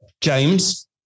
James